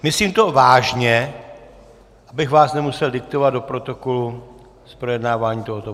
Myslím to vážně, abych vás nemusel diktovat do protokolu z projednávání tohoto bodu.